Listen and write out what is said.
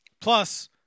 Plus